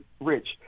Rich